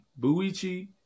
Buichi